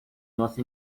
nossa